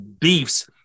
beefs